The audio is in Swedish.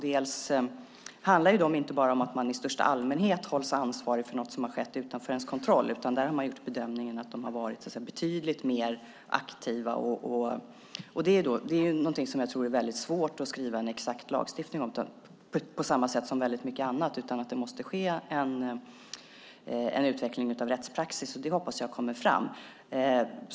Dessutom handlar det inte bara om att de i största allmänhet hålls ansvariga för något som har skett utanför deras kontroll, utan man har gjort bedömningen att de har varit betydligt mer aktiva. Detta är någonting som jag tror att det är väldigt svårt att skriva en exakt lagstiftning om, på samma sätt som när det gäller väldigt mycket annat. Det måste ske en utveckling av rättspraxis, och det hoppas jag kommer fram.